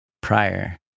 prior